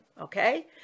Okay